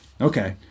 Okay